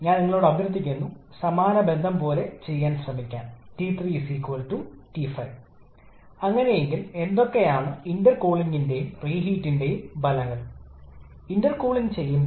ഈ നാലിൽ ഓരോന്നിനും വ്യക്തിഗത വിശകലനം സംയോജിപ്പിച്ചാൽ നമുക്ക് മൊത്തം ചക്രം ലഭിക്കും പ്രകടനം നമ്മൾ ഇന്നലെ ഇതിനകം ചെയ്തു